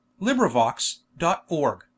LibriVox.org